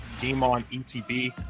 GameOnETB